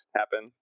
happen